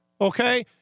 okay